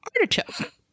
Artichoke